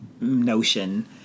notion